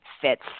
fits